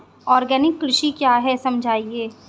Organic कृषि क्या है समझाइए?